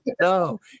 no